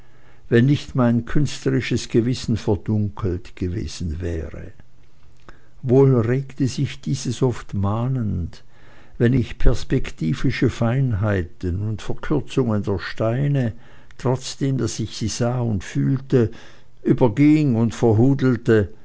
wenn nicht mein künstlerisches gewissen verdunkelt gewesen wäre wohl regte sich dieses oft mahnend wenn ich perspektivische feinheiten und verkürzungen der steine trotzdem daß ich sie sah und fühlte überging und